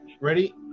Ready